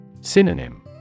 Synonym